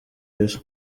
isi